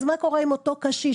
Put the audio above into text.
אז מה קורה עם אותו קשיש?